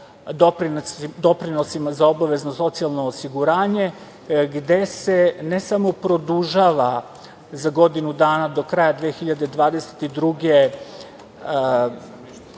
doprinosima za obavezno socijalno osiguranje gde se ne samo produžava za godinu dana, do kraja 2022.